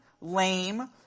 lame